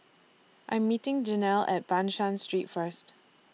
I Am meeting Janelle At Ban San Street First